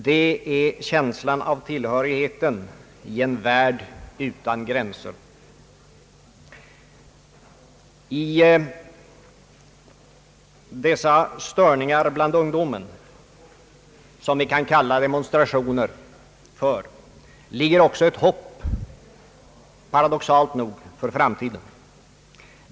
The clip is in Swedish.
Det är känslan av tillhörigheten av en värld utan gränser. I dessa störningar bland ungdomen, som vi kan kalla demonstrationerna för, ligger också ett hopp, paradoxalt nog, för framtiden.